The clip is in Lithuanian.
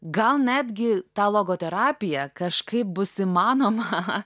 gal netgi ta logoterapiją kažkaip bus įmanoma